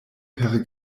per